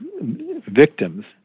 victims